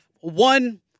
one